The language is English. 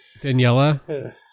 Daniela